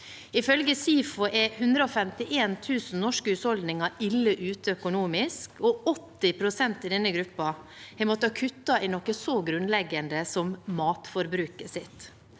Ifølge SIFO er 151 000 norske husholdninger ille ute økonomisk, og 80 pst. i denne gruppen har måttet kutte i noe så grunnleggende som matforbruket sitt.